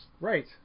right